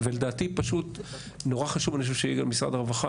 נורא חשוב אני חושב שמשרד הרווחה,